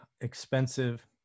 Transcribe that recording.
expensive